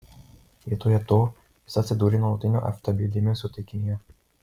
vietoje to jis atsidūrė nuolatinio ftb dėmesio taikinyje